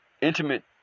intimate